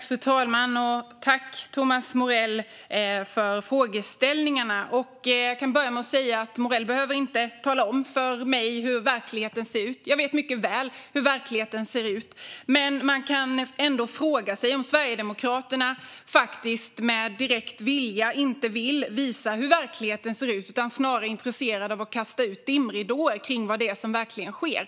Fru talman! Tack, Thomas Morell, för frågorna! Jag kan börja med att säga att Morell inte behöver tala om för mig hur verkligheten ser ut. Jag vet mycket väl hur verkligheten ser ut. Man kan ändå fråga sig om Sverigedemokraterna faktiskt avsiktligt inte vill visa hur verkligheten ser ut utan snarare är intresserade av att kasta ut dimridåer kring vad som verkligen sker.